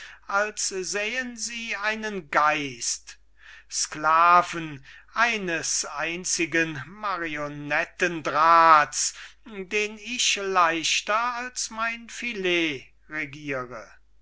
als sähen sie eine geist sklaven eines einzigen marionettendrahts den ich leichter als mein filet regiere